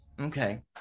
Okay